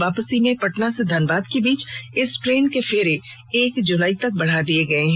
वापसी में पटना से धनबाद के बीच इस ट्रेन के फेरे एक जुलाई तक बढ़ा दिए गए हैं